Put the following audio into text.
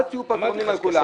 אל תהיו פטרונים על כולם.